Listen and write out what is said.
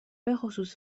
بخصوص